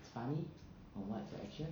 it's funny or what's your action